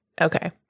Okay